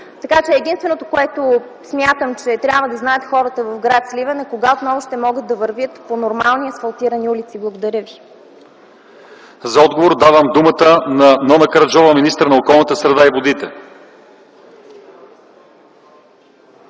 сблъскали. Единственото, което смятам, че трябва да знаят хората в гр. Сливен е: кога отново ще могат да вървят по нормални асфалтирани улици? Благодаря ви. ПРЕДСЕДАТЕЛ ЛЪЧЕЗАР ИВАНОВ: За отговор давам думата на Нона Караджова – министър на околната среда и водите.